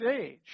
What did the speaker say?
age